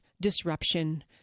disruption